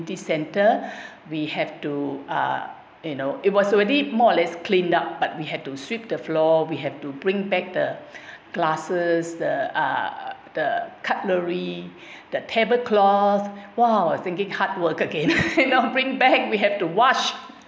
centre we have to uh you know it was already more or less cleaned up but we had to sweep the floor we have to bring back the glasses the uh the cutlery that tablecloth !whoa! I was thinking hard work again don't bring back we have to wash